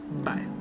Bye